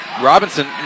Robinson